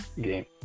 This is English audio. game